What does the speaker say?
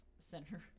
center